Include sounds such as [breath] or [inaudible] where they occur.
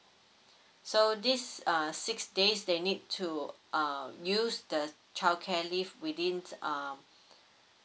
so this uh six days they need to uh use the childcare leave within uh [breath]